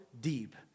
deep